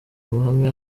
amahame